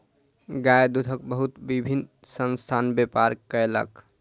गाय दूधक बहुत विभिन्न संस्थान व्यापार कयलक